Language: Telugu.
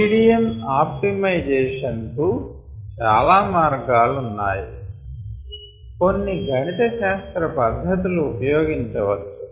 మీడియం ఆప్టిమైజేషన్ కు చాలా మార్గాలున్నాయి కొన్ని గణిత శాస్త్ర పద్ధతులు ఉపయోగించవచ్చు